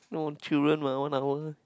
no children mah one hour